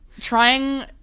trying